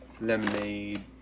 Lemonade